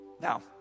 Now